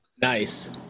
nice